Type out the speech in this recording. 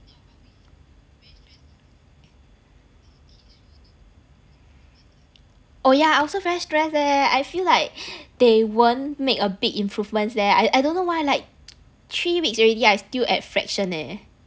oh ya I also very stress leh I feel like they won't make a big improvements leh I I don't know why like three weeks already I still at fraction eh